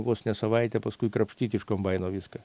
vos ne savaitę paskui krapštyti iš kombaino viską